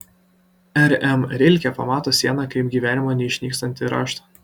r m rilke pamato sieną kaip gyvenimo neišnykstantį raštą